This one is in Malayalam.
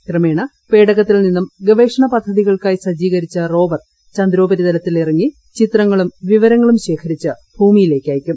ക്രമേണ പേടകത്തിൽ നിന്നും ഗവേഷണ പദ്ധതി കൾക്കായി സജ്ജീകരിച്ച റോവർ ചന്ദ്രോപരിതലത്തിൽ ഇറങ്ങി ചിത്രങ്ങളും വിവരങ്ങളും ശേഖരിച്ച് അയയ്ക്കും